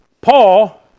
Paul